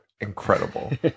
incredible